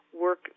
work